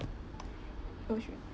oh shoot